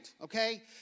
okay